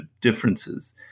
differences